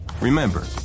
Remember